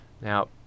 Now